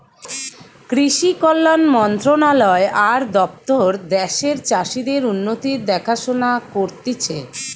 কৃষি কল্যাণ মন্ত্রণালয় আর দপ্তর দ্যাশের চাষীদের উন্নতির দেখাশোনা করতিছে